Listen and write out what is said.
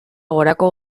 gorako